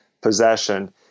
possession